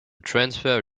transfer